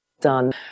done